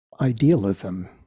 idealism